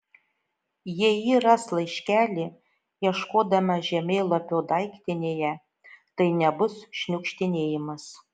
jei ji ras laiškelį ieškodama žemėlapio daiktinėje tai nebus šniukštinėjimas